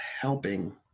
helping